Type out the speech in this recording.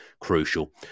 crucial